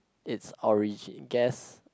it's origin guess